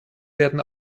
werden